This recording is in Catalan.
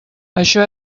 això